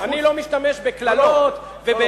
אני לא משתמש בקללות, לא, לא.